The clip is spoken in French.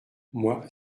moi